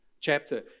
chapter